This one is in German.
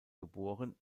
geboren